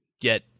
get